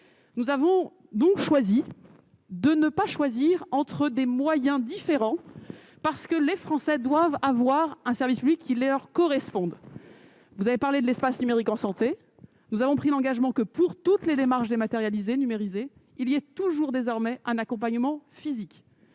nous avons donc choisi de ne pas choisir entre des moyens différents, parce que les Français doivent avoir un service public qui leur correspondent, vous avez parlé de l'espace numérique en santé, nous avons pris l'engagement que pour toutes les démarches dématérialisées numérisé, il y a toujours désormais un accompagnement physique